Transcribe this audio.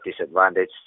disadvantage